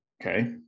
Okay